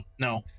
no